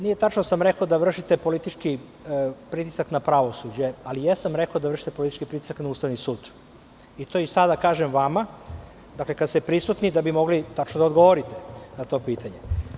Nije tačno da sam rekao da vršite politički pritisak na pravosuđe, ali jesam rekao da vršite politički pritisak na Ustavni sud i to i sada kažem vama, kada ste prisutni da možete tačno da odgovorite na to pitanje.